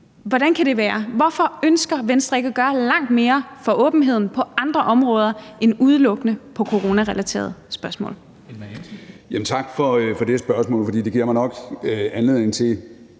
Hvordan kan det være? Hvorfor ønsker Venstre ikke at gøre langt mere for åbenheden på andre områder end udelukkende på coronarelaterede spørgsmål? Kl. 13:53 Formanden (Henrik Dam Kristensen):